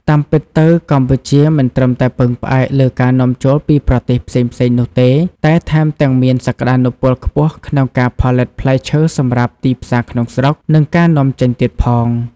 តាមពិតទៅ កម្ពុជាមិនត្រឹមតែពឹងផ្អែកលើការនាំចូលពីប្រទេសផ្សេងៗនោះទេ តែថែមទាំងមានសក្តានុពលខ្ពស់ក្នុងការផលិតផ្លែឈើសម្រាប់ទីផ្សារក្នុងស្រុក និងការនាំចេញទៀតផង។